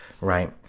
right